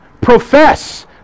profess